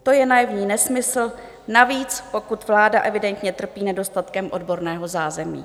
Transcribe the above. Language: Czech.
To je naivní nesmysl, navíc pokud vláda evidentně trpí nedostatkem odborného zázemí.